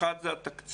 דבר אחד זה התקציב